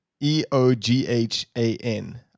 e-o-g-h-a-n